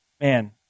man